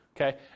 Okay